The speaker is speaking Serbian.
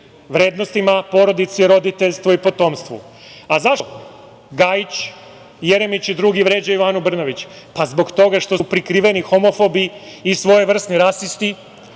vrednostima, porodici, roditeljstvu i potomstvu. Zašto Gajić, Jeremić i drugi vređaju Anu Brnabić? Zbog toga što su prikriveni homofobi i svojevrsni rasisti